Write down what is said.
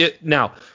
Now –